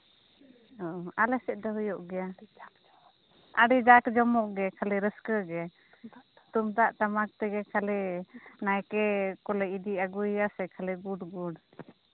ᱚ ᱟᱞᱮ ᱥᱮᱫ ᱫᱚ ᱦᱩᱭᱩᱜ ᱜᱮᱭᱟ ᱟᱹᱰᱤ ᱡᱟᱠ ᱡᱚᱢᱚᱠ ᱜᱮ ᱠᱷᱟᱹᱞᱤ ᱨᱟᱹᱥᱠᱟᱹ ᱜᱮ ᱛᱩᱢᱫᱟᱜ ᱴᱟᱢᱟᱠ ᱛᱮᱜᱮ ᱠᱷᱟᱹᱞᱤ ᱱᱟᱭᱠᱮ ᱠᱚᱞᱮ ᱤᱫᱤ ᱟᱹᱜᱩᱭᱮᱭᱟ ᱥᱮ ᱠᱷᱟᱹᱞᱤ ᱜᱩᱰ ᱜᱩᱰ